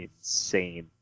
insane